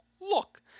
look